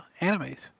animes